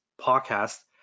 podcast